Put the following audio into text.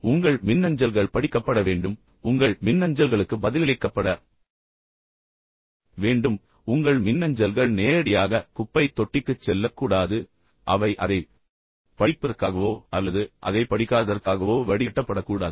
உங்கள் மின்னஞ்சல்கள் படிக்கப்பட வேண்டும் உங்கள் மின்னஞ்சல்களுக்கு பதிலளிக்கப்பட வேண்டும் உங்கள் மின்னஞ்சல்கள் நேரடியாக குப்பைத் தொட்டிக்குச் செல்லக்கூடாது உங்கள் மின்னஞ்சல்கள் பின்னர் அதைப் படிப்பதற்காகவோ அல்லது அதைப் படிக்காததற்காகவோ வடிகட்டப்படக்கூடாது